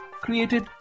created